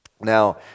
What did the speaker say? Now